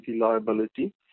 liability